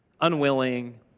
unwilling